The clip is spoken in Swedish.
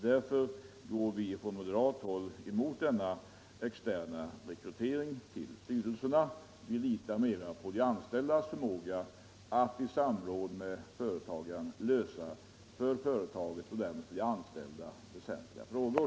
Därför går vi på moderat håll emot denna externa rekrytering till styrelserna. Vi litar mera på de anställdas förmåga att i samråd med företagsledningen lösa för företaget, och därmed för de anställda, väsentliga frågor.